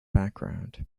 background